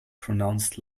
pronounced